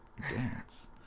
dance